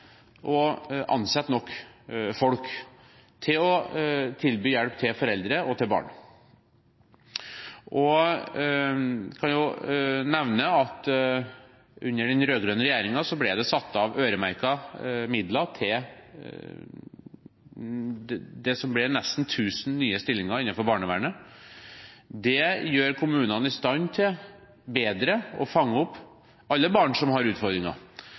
ansette nok folk til å tilby hjelp til foreldre og til barn. Jeg kan jo nevne at under den rød-grønne regjeringen ble det satt av øremerkede midler til det som ble nesten tusen nye stillinger innenfor barnevernet. Det gjør kommunene i stand til bedre å fange opp alle barn som har utfordringer,